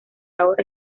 ahora